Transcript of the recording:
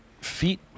feet